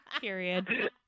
Period